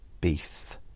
Beef